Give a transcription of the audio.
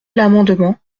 l’amendement